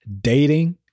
dating